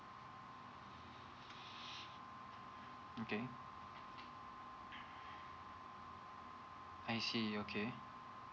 okay I see okay